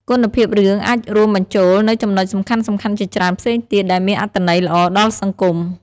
គុណភាពរឿងអាចរួមបញ្ចូលនូវចំណុចសំខាន់ៗជាច្រើនផ្សេងទៀត ដែលមានអត្តន័យល្អដល់សង្គម។